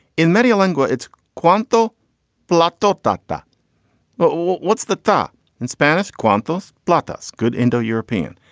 in many lengua it's kwinto blacktop doctor but what's the thought in spanish? quantas blockhouse. good indo european.